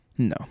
No